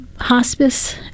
hospice